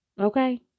okay